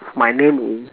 my name is